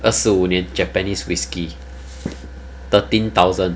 二十五年 japanese whisky thirteen thousand